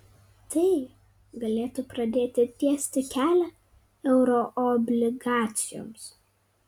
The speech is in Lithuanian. tai galėtų pradėti tiesti kelią euroobligacijoms